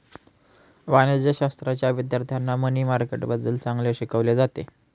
वाणिज्यशाश्राच्या विद्यार्थ्यांना मनी मार्केटबद्दल चांगले शिकवले जाते